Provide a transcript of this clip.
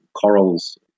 corals